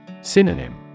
Synonym